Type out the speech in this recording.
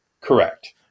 Correct